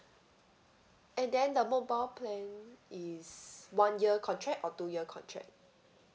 and then the mobile plan is one year contract or two year contract